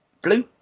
blue